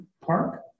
Park